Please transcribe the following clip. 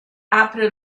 apre